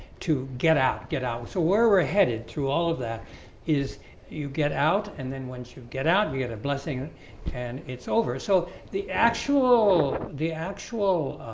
to get out get out. so where we're headed through all of that is you get out and then once you get out you get a blessing and it's over. so the actual the actual